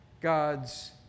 God's